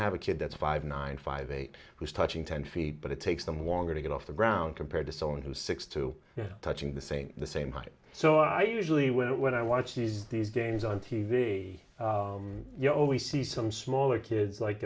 have a kid that's five nine five eight who's touching ten feet but it takes them longer to get off the ground compared to someone who's six to touching the same the same height so i usually will when i watch these these games on t v you always see some smaller kids like